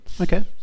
Okay